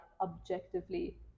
objectively